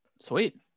Sweet